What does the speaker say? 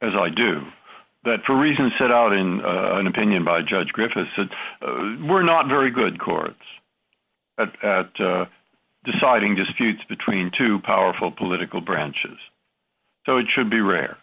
as i do that for reasons set out in an opinion by judge griffith we're not very good courts at deciding disputes between two powerful political branches so it should be rare